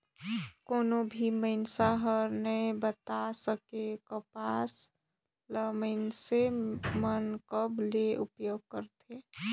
कोनो भी मइनसे हर नइ बता सके, कपसा ल मइनसे मन कब ले उपयोग करथे